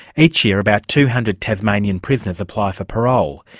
each year about two hundred tasmanian prisoners apply for parole.